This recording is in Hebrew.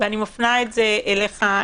ואני מפנה זאת אליך,